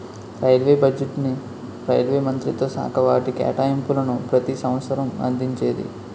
railway బడ్జెట్ను railway మంత్రిత్వశాఖ వాటి కేటాయింపులను ప్రతి సంవసరం అందించేది